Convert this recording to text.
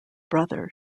brother